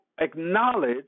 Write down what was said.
acknowledge